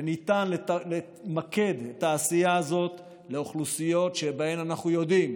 וניתן למקד את העשייה הזאת באוכלוסיות שבהן אנחנו יודעים